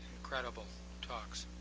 incredible talks.